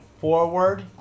forward